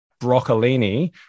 broccolini